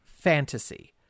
fantasy